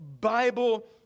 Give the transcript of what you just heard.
Bible